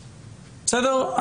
בסדר?